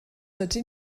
ydyn